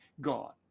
God